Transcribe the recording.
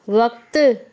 वक़्तु